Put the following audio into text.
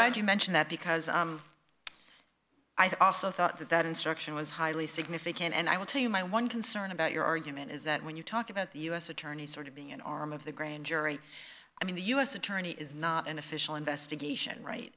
glad you mention that because i also thought that that instruction was highly significant and i will tell you my one concern about your argument is that when you talk about the u s attorney sort of being an arm of the grand jury i mean the u s attorney is not an official investigation right